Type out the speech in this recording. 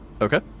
Okay